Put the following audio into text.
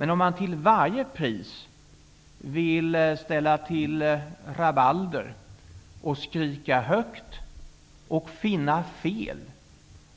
Men om man till varje pris vill ställa till rabalder, skrika högt, finna fel